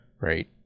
right